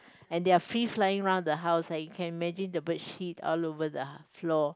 and they are free flying around the house you can imagine the bird shit all over the floor